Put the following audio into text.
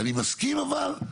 אני מסכים אבל,